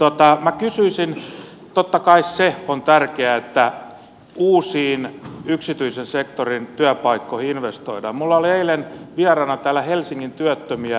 minä kysyisin totta kai se on tärkeää että uusiin yksityisen sektorin työpaikkoihin investoidaan minulla oli eilen vieraana täällä helsingin työttömiä